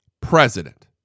president